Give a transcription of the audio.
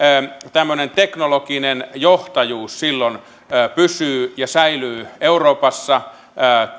tämmöinen teknologinen johtajuus silloin pysyy ja säilyy euroopassa